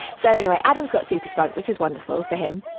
so anyway, adam's got super spunk, which is wonderful for him.